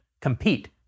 compete